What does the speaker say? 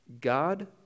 God